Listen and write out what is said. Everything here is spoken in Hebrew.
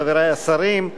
חברי השרים,